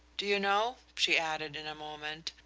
do you know? she added in a moment,